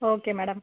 okay madam